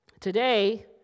Today